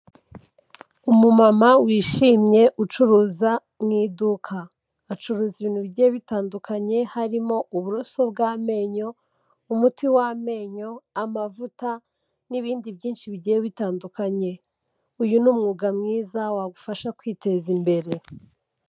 Umumama wishimye ucuruza mu iduka, acuruza ibintu bigiye bitandukanye, harimo uburoso bw'amenyo, umuti w'amenyo, amavuta n'ibindi byinshi bigiye bitandukanye, uyu ni umwuga mwiza wagufasha kwiteza imbere.